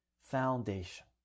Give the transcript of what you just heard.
foundation